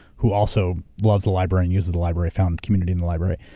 who also loves the library and uses the library, found community in the library.